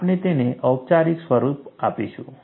આપણે તેને ઔપચારિક સ્વરૂપ આપીશું